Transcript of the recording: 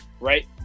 right